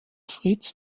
fritz